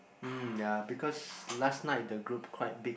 mm ya because last night the group quite big